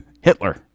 hitler